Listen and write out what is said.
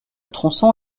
tronçon